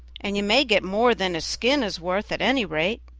and you may get more than his skin is worth, at any rate.